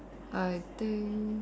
I think